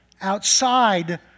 outside